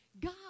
God